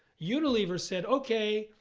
unilever said, okay,